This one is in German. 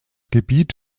gebiet